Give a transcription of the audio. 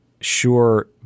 sure